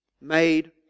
Made